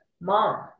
mom